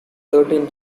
thirteen